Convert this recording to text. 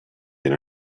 than